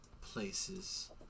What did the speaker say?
places